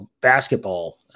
basketball